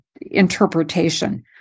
interpretation